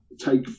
take